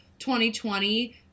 2020